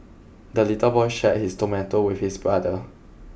the little boy shared his tomato with his brother